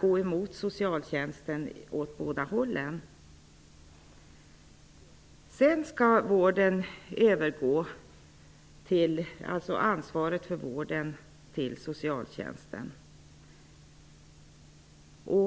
gå emot socialtjänsten åt båda hållen. Därefter övergår ansvaret för vården till socialtjänsten.